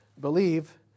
believe